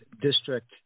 district